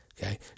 Okay